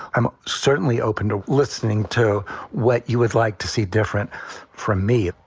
i'm certainly open to listening to what you would like to see different from me.